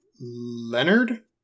leonard